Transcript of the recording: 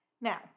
Now